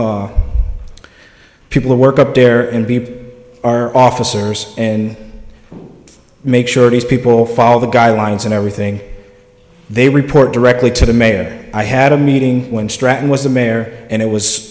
people who work up there are officers and make sure these people follow the guidelines and everything they report directly to the mayor i had a meeting when stratton was the mayor and it was